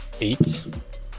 Eight